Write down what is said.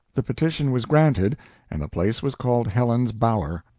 the petition was granted and the place was called helen's bower,